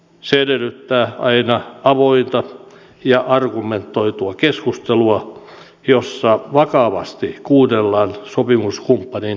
se edellyttää aina avointa ja argumentoitua keskustelua jossa vakavasti kuunnellaan sopimuskumppanin mielipiteitä